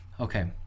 okay